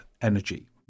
energy